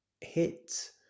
hit